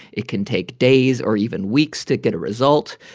it can take days or even weeks to get a result.